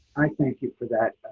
i thank you for that.